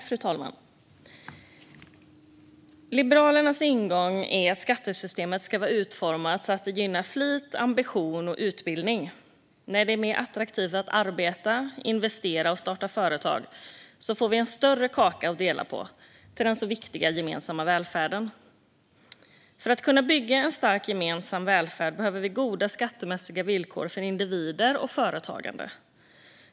Fru talman! Liberalernas ingång är att skattesystemet ska vara utformat så att det gynnar flit, ambition och utbildning. När det är mer attraktivt att arbeta, investera och starta företag får vi en större kaka att dela på till den så viktiga gemensamma välfärden. För att kunna bygga en stark gemensam välfärd behöver vi goda skattemässiga villkor för individer och företagande.